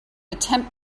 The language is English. attempt